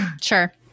Sure